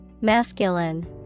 Masculine